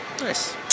Nice